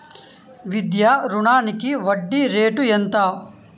విద్యా రుణానికి వడ్డీ రేటు ఎంత?